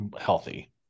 healthy